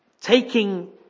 taking